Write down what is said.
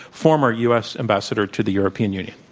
former u. s. ambassador to the european union.